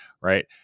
right